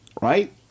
right